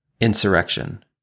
Insurrection